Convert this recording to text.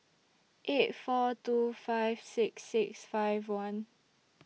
eight four two five six six five one